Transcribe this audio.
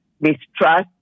mistrust